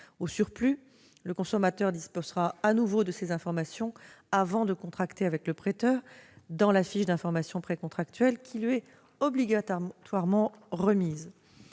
Au surplus, le consommateur disposera à nouveau de ces informations avant de contracter avec le prêteur dans la fiche d'information précontractuelle qui lui est obligatoirement remise.